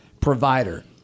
provider